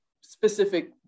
specific